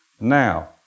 Now